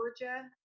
Georgia